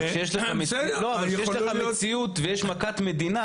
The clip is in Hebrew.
אבל כשיש לך מציאות ויש מכת מדינה,